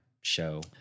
show